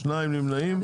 שניים נמנעים.